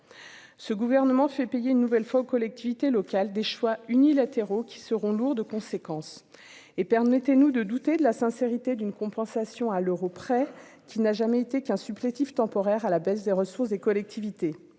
ce gouvernement fait payer une nouvelle fois aux collectivités locales, des choix unilatéraux qui seront lourdes de conséquences et permettez-nous de douter de la sincérité d'une compensation à l'euro près, qui n'a jamais été qu'un supplétif temporaire à la baisse des ressources des collectivités